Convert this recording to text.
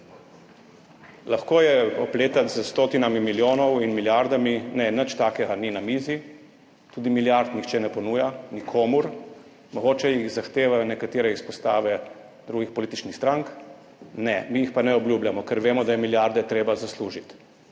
lahko je opletati s stotinami milijonov in milijardami. Ne nič takega ni na mizi, tudi milijard nihče ne ponuja nikomur. Mogoče jih zahtevajo nekatere izpostave drugih političnih strank. Ne, mi jih pa ne obljubljamo, ker vemo, da je milijarde treba zaslužiti,